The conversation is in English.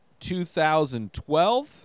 2012